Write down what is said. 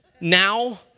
now